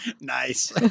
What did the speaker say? Nice